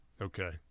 Okay